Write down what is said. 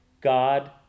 God